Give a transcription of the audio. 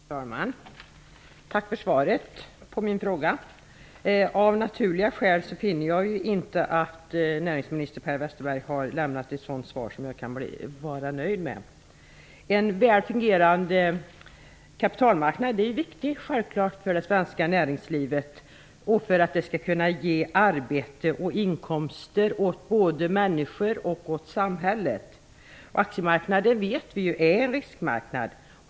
Fru talman! Tack för svaret på min fråga. Av naturliga skäl finner jag inte att näringsminister Per Westerberg har lämnat ett sådant svar som jag kan vara nöjd med. Det är självklart viktigt med en väl fungerande kapitalmarknad för det svenska näringslivet och för att skapa arbete och inkomster för både människor och samhället. Vi vet att aktiemarknaden är en riskmarknad.